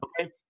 okay